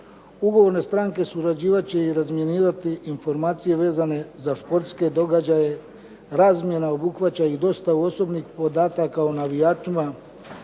Ugovorne stranke surađivat će i razmjenjivati informacije vezane za športske događaje. Razmjena obuhvaća i dostavu osobnih podataka o navijačima